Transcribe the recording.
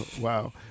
Wow